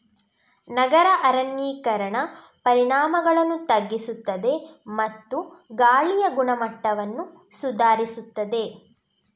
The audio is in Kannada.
ನಗರ ಅರಣ್ಯೀಕರಣ ಪರಿಣಾಮಗಳನ್ನು ತಗ್ಗಿಸುತ್ತದೆ ಮತ್ತು ಗಾಳಿಯ ಗುಣಮಟ್ಟವನ್ನು ಸುಧಾರಿಸುತ್ತದೆ